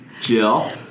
Jill